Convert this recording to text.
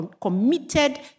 committed